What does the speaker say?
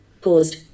Paused